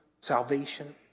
salvation